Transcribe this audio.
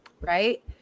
right